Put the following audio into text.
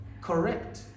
correct